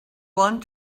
want